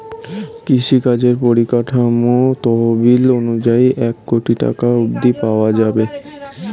কৃষিকাজের পরিকাঠামো তহবিল অনুযায়ী এক কোটি টাকা অব্ধি পাওয়া যাবে